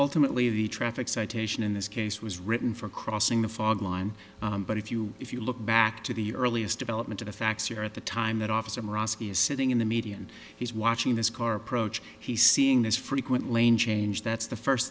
ultimately the traffic citation in this case was written for crossing the fog line but if you if you look back to the earliest development of the facts here at the time that officer is sitting in the median he's watching this car approach he's seeing this frequent lane change that's the first